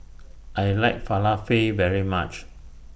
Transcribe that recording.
I like Falafel very much